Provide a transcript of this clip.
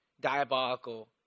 diabolical